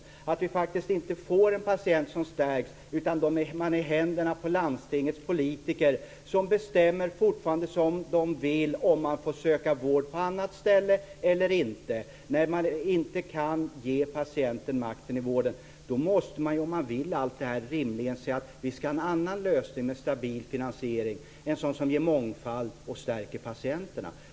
Man ser att vi faktiskt inte får en patient som stärks utan som är i händerna på landstingets politiker som fortfarande bestämmer som de själva vill om man får söka vård på annat ställe eller inte. Man kan inte ge patienten makten i vården. Då måste man ju, om man vill allt det här, rimligen säga: Vi skall ha en annan lösning med stabil finansiering, en lösning som ger mångfald och som stärker patienterna.